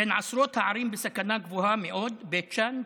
הוא כתב: בין עשרות הערים שהן בסכנה גבוהה מאוד: בית שאן,